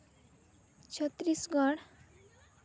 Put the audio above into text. Chhattisgarh